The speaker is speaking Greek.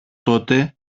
τότε